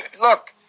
Look